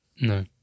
No